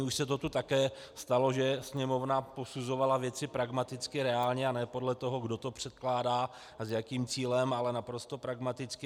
Už se to tu také stalo, že Sněmovna posuzovala věci pragmaticky, reálně a ne podle toho, kdo to předkládá a s jakým cílem, ale naprosto pragmaticky.